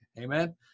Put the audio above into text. Amen